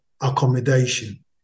accommodation